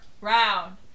round